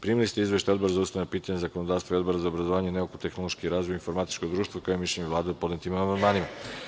Primili ste izveštaje Odbora za ustavna pitanja i zakonodavstvo i Odbora za obrazovanje, nauku, tehnološki razvoj i informatičko društvo, kao i mišljenje Vlade o podnetim amandmanima.